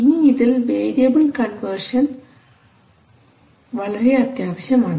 ഇനി ഇതിൽ variable conversion വളരെ ആവശ്യമാണ്